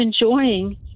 enjoying